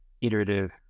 iterative